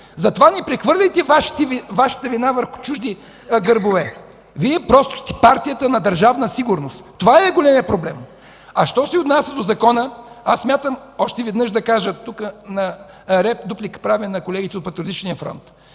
Затова не прехвърляйте Вашата вина върху чужди гърбове. Вие просто сте партията на Държавна сигурност. Това Ви е големият проблем. Що се отнася до Закона, аз смятам да кажа още веднъж – тук правя дуплика на колегите от Патриотичния фронт,